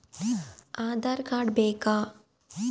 Aadhaar card ಬೇಕಾ?